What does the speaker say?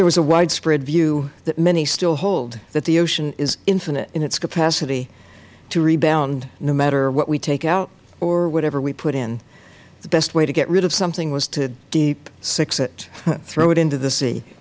there was a widespread view that many still hold that the ocean is infinite in its capacity to rebound no matter what we take out or whatever we put in the best way to get rid of something was to deep six it throw it into the